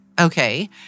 okay